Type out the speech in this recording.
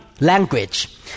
language